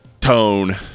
tone